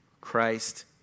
Christ